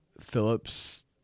Phillips